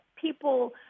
people